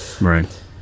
right